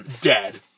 Dead